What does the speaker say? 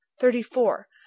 thirty-four